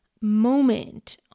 moment